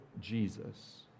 Jesus